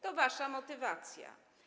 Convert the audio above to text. To wasza motywacja.